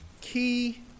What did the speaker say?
key